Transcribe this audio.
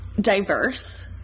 diverse